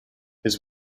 his